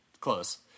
close